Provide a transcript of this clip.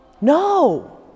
No